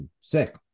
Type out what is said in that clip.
sick